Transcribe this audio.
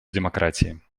демократии